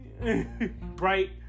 Right